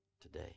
today